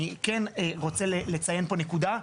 אני כן רוצה לציין פה נקודה.